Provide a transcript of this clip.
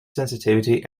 sensitivity